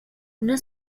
una